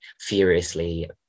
furiously